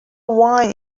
wine